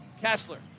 Kessler